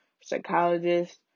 psychologist